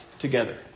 together